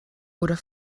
oder